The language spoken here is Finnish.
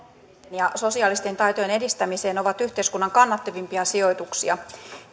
ja sosiaalisten taitojen edistämiseen ovat yhteiskunnan kannattavimpia sijoituksia